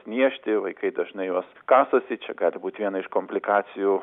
niežti vaikai dažnai juos kasosi čia gali būt viena iš komplikacijų